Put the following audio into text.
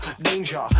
Danger